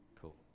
Cool